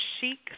Chic